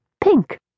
pink